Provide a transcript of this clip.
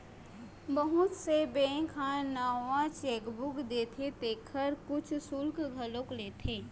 बहुत से बेंक ह नवा चेकबूक देथे तेखर कुछ सुल्क घलोक लेथे